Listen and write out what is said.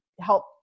help